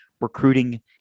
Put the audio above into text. recruiting